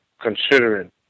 considering